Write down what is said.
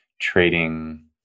trading